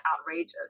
outrageous